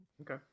Okay